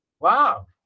Wow